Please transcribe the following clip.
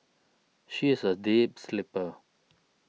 she is a deep sleeper